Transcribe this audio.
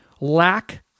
lack